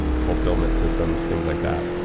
fulfillment systems, things like that,